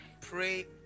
Pray